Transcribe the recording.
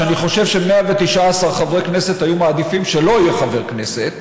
שאני חושב ש-119 חברי כנסת היו מעדיפים שלא יהיה חבר כנסת,